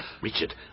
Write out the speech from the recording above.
Richard